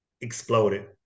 exploded